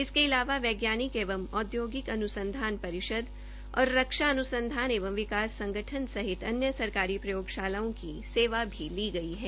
इसके अलावा वैज्ञानिक एवं औद्योगिक अन्संधान और रक्षा अन्संधान एंव विकास संगठन सहित अन्य सरकारी प्रयोगशालाओं की सेवा भी ली गई है